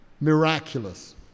Miraculous